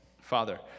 Father